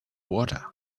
water